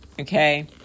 okay